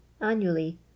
Annually